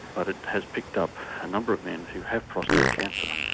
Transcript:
but it has picked up a number of men who have prostate cancer.